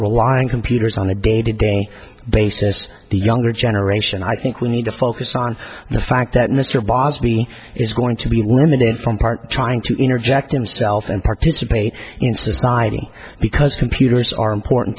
rely on computers on a day to day basis the younger generation i think we need to focus on the fact that mr boss me is going to be eliminated from part trying to interject himself and participate in society because computers are important